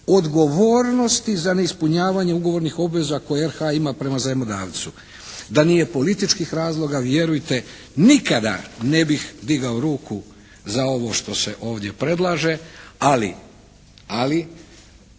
odgovornosti za neispunjavanje ugovornih obveza koje RH ima prema zajmodavcu. Da nije političkih razloga vjerujte nikada ne bih digao ruku za ovo što se ovdje predlaže, ali